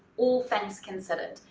all things considered,